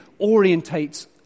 orientates